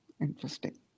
Interesting